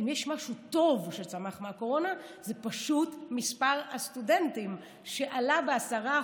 אם יש משהו טוב שצמח מהקורונה זה פשוט שמספר הסטודנטים עלה ב-10%,